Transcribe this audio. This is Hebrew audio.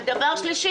בנוסף,